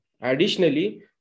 Additionally